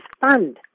fund